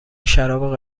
شراب